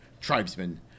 tribesmen